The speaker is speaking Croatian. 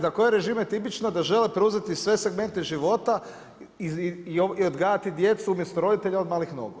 Za koje je režime tipično da žele preuzeti sve segmente života i odgajati djecu umjesto roditelja od malih nogu?